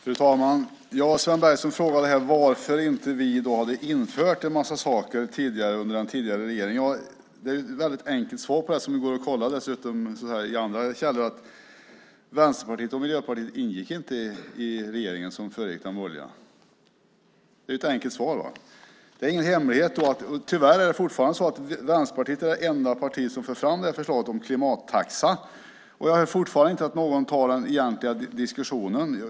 Fru talman! Sven Bergström frågade här varför vi inte hade infört en massa saker under den tidigare regeringen. Det är ett väldigt enkelt svar på den frågan som dessutom går att kontrollera i andra källor. Vänsterpartiet och Miljöpartiet ingick inte i den regering som föregick den borgerliga. Det är ett enkelt svar. Det är ingen hemlighet. Vänsterpartiet är tyvärr fortfarande det enda parti som för fram förslaget om klimattaxa. Jag har inte hört att någon tar den riktiga diskussionen.